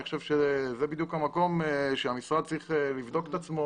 אני חושב שזה בדיוק המקום שהמשרד צריך לבדוק את עצמו